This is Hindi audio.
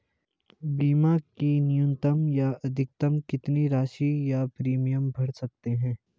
बीमा की न्यूनतम या अधिकतम कितनी राशि या प्रीमियम भर सकते हैं?